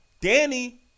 Danny